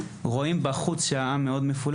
כשרואים בחוץ את הפילוג בו נמצא העם כרגע,